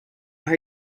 are